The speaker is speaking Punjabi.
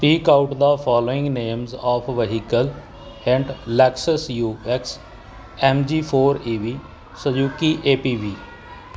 speak out the following name of vehicle and Lexus U X M G four A V Suzuki A P B